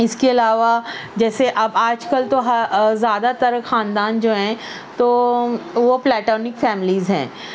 اس کے علاوہ جیسے اب آج کل تو ہر زیادہ تر خاندان جو ہیں تو وہ پلاٹینک فیملیز ہیں